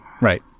Right